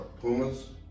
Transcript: Pumas